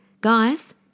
Guys